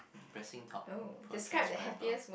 depressing talk poor transcriber